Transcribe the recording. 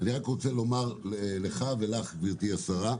אני רק רוצה לומר לךָ ולךְ, גברתי השרה,